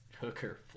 Hooker